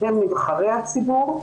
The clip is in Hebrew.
הם נבחרי הציבור,